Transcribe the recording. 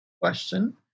question